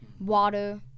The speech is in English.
water